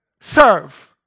serve